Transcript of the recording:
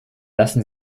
lassen